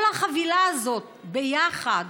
כל החבילה הזאת יחד